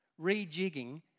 rejigging